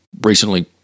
recently